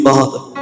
Father